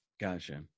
Gotcha